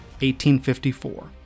1854